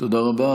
תודה רבה.